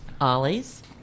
Ollie's